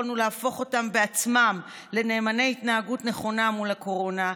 יכולנו להפוך אותם בעצמם לנאמני התנהגות נכונה מול הקורונה,